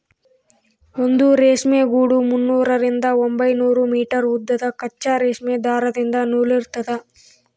ಒಂದು ರೇಷ್ಮೆ ಗೂಡು ಮುನ್ನೂರರಿಂದ ಒಂಬೈನೂರು ಮೀಟರ್ ಉದ್ದದ ಕಚ್ಚಾ ರೇಷ್ಮೆ ದಾರದಿಂದ ನೂಲಿರ್ತದ